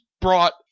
brought